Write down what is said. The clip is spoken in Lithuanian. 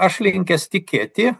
aš linkęs tikėti